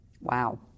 Wow